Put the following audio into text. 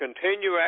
continue